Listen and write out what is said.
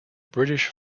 british